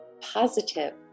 positive